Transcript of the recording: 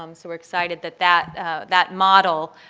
um so we're excited that that that model,